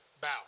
Bow